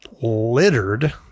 littered